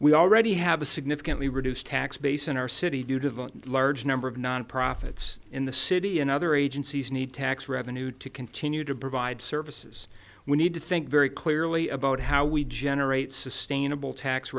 we already have a significantly reduced tax base in our city due to the large number of non profits in the city and other agencies need tax revenue to continue to provide services we need to think very clearly about how we generate sustainable tax